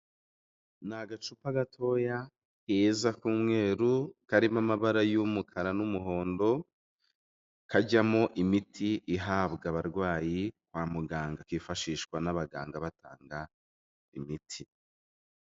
Ni agacupa gatoya keza k'umweru karimo amabara y'umukara n'umuhondo, kajyamo imiti ihabwa abarwayi kwa muganga, kifashishwa n'abaganga batanga imiti.